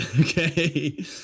Okay